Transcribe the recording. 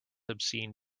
obscene